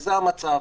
וזה המצב.